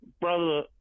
brother